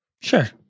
Sure